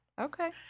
Okay